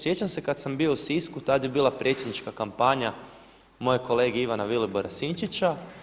Sjećam se kad sam bio u Sisku tad je bila predsjednička kampanja mojeg kolege Ivana Vilibora Sinčića.